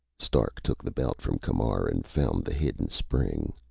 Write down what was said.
stark took the belt from camar and found the hidden spring.